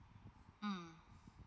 mm